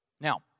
Now